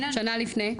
שנה לפני?